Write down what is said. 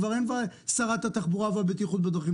כבר אין "שרת התחבורה והבטיחות בדרכים",